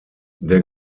der